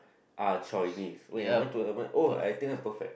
are Chinese wait am I to am I oh I think I'm perfect